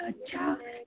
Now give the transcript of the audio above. अच्छा